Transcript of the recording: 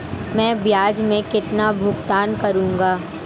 मैं ब्याज में कितना भुगतान करूंगा?